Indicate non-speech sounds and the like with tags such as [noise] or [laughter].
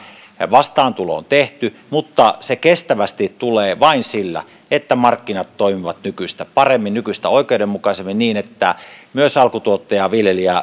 vastaantulo on tehty mutta se kestävästi tulee vain sillä että markkinat toimivat nykyistä paremmin nykyistä oikeudenmukaisemmin niin että myös alkutuottaja viljelijä [unintelligible]